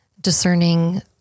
discerning